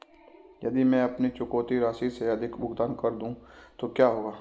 यदि मैं अपनी चुकौती राशि से अधिक भुगतान कर दूं तो क्या होगा?